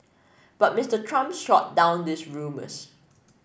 but Mister Trump shot down those rumours